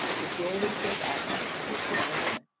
the door which gave access to oceania,